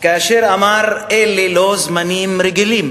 כאשר אמר: אלה לא זמנים רגילים